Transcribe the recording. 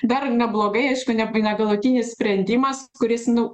dar neblogai aišku neb negalutinis sprendimas kuris nu